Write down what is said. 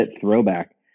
throwback